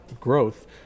growth